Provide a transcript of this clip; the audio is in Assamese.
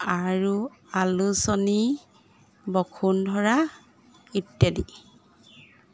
আৰু আলোচনী বসুন্ধৰা ইত্যাদি